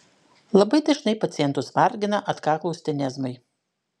labai dažnai pacientus vargina atkaklūs tenezmai